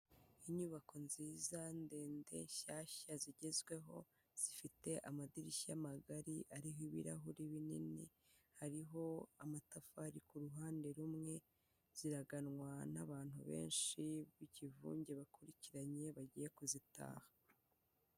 Inyubako nziza ndende shyashya zigezweho zifite amadirishya magari ari nk'ibirahuri binini, hariho amatafari ku ruhande rumwe, ziraganwa n'abantu benshi b'ikivunge bakurikiranye bagiye kuzitaha.